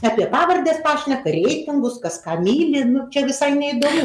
apie pavardes pašneka reitingus kas ką myli nu čia visai neįdomu